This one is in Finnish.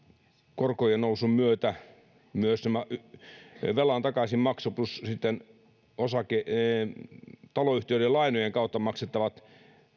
korkojen nousun myötä rupeavat tulemaan todeksi velan takaisinmaksu plus taloyhtiöiden lainojen kautta maksettavat